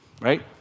Right